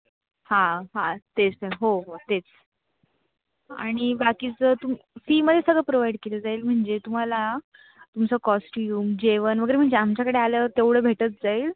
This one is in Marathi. हां हां तेच तर हो हो तेच आणि बाकीचं तुम फीमध्ये सगळं प्रोव्हाइड केलं जाईल म्हणजे तुम्हाला तुमचं कॉस्ट्यूम जेवण वगैरे म्हणजे आमच्याकडे आल्यावर तेवढं भेटत जाईल